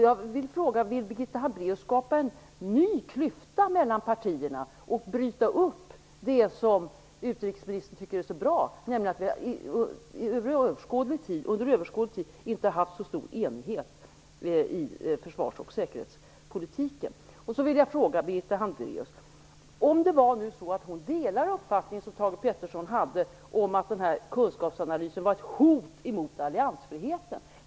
Jag vill fråga: Vill Birgitta Hambraeus skapa en ny klyfta mellan partierna och bryta upp det som utrikesministern tycker är så bra, nämligen att vi under överskådlig tid inte har haft en så stor enighet i försvars och säkerhetspolitiken som nu? Sedan vill jag fråga Birgitta Hambraeus om det var så att hon delade uppfattningen som Thage G Peterson hade om att den här kunskapsanalysen var ett hot emot alliansfriheten.